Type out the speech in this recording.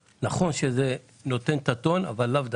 נכון שזה מה שנותן את הטון, אבל לאו דווקא.